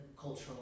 cultural